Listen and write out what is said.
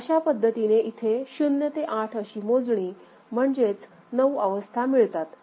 तर अशा पद्धतीने इथे 0 ते 8 अशी मोजणी म्हणजेच ९ अवस्था मिळतात